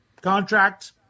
contract